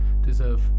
deserve